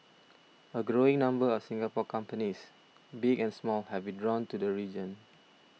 a growing number of Singapore companies big and small have been drawn to the region